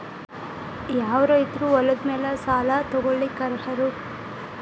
ಯಾವ ರೈತರು ಹೊಲದ ಮೇಲೆ ಸಾಲ ತಗೊಳ್ಳೋಕೆ ಅರ್ಹರು?